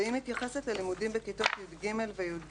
והיא מתייחסת ללימודים בכיתות י"ג וי"ד